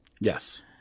Yes